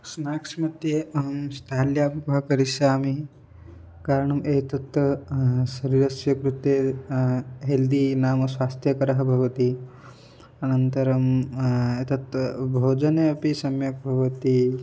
snakes मध्ये अहं स्थाल्याम् उपाहारं करिष्यामि कारणम् एतत् सर्वस्य कृते हेल्दी नाम स्वास्त्यकरः भवति अनन्तरं एतत् भोजने अपि सम्यक् भवति